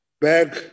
back